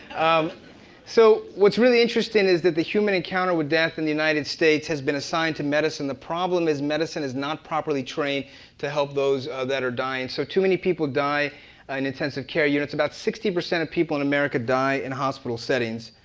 um so, what's really interesting is that the human encounter with death in the united states has been assigned to medicine. the problem is medicine is not properly trained to help those that are dying. so, too many people die in intensive care units. about sixty percent of people in america die in hospital settings.